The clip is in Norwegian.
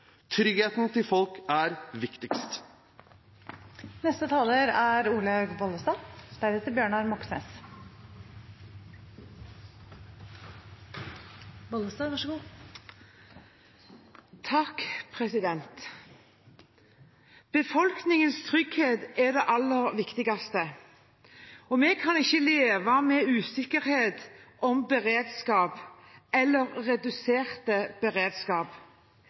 Tryggheten til folk er viktigst. Befolkningens trygghet er det aller viktigste, og vi kan ikke leve med usikkerhet om beredskap eller med redusert beredskap.